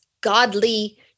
godly